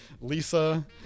Lisa